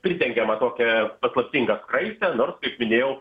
pridengiama tokia paslaptinga skraiste nors kaip minėjau